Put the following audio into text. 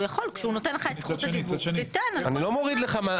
הוא יכול כשהוא נותן לך את זכות הדיבור --- אני לא מוריד לך,